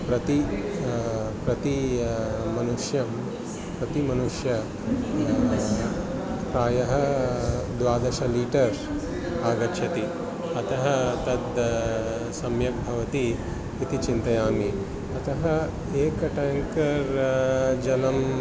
प्रति प्रतिमनुष्यं प्रतिमनुष्यं प्रायः द्वादश लीटर् आगच्छति अतः तद् सम्यक् भवति इति चिन्तयामि अतः एकं टाङ्कर् जलम्